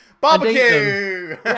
Barbecue